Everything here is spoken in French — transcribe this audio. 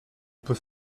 peut